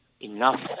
enough